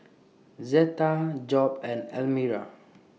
Zetta Job and Elmira